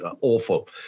awful